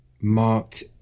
marked